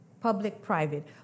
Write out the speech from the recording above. Public-private